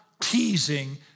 teasing